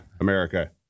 America